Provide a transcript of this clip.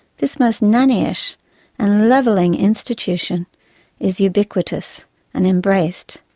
this most nanny-ish and levelling institution is ubiquitous and embraced.